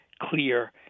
clear